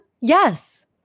Yes